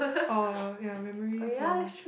oh ya memories or